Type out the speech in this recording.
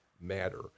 matter